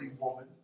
woman